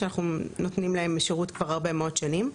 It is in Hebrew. שאנחנו נותנים להם שירות כבר הרבה מאוד שנים.